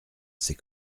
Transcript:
c’est